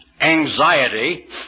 anxiety